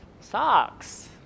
socks